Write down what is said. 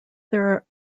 there